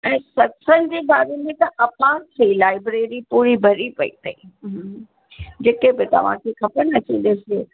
ऐं सतसंग जे बारे में त अपार अथई लाइब्ररी पूरी भरी पई अथई हम्म जेके बि तव्हा खे खपनि अची ॾिसिजो